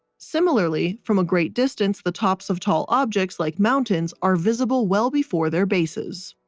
similarly, from a great distance, the tops of tall objects like mountains are visible well before their bases.